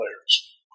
players